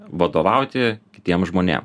vadovauti kitiem žmonėm